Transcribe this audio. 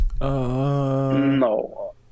no